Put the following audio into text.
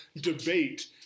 debate